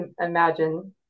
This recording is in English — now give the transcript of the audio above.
imagine